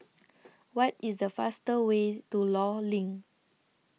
What IS The fastest Way to law LINK